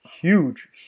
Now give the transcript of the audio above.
huge